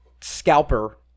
scalper